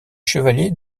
chevalier